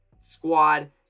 squad